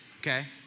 okay